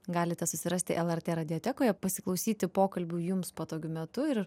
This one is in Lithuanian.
galite susirasti lrt radiotekoje pasiklausyti pokalbių jums patogiu metu ir